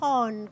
on